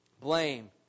Blame